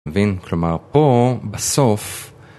מבין? כלומר פה בסוף